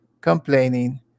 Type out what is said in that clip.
complaining